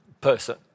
person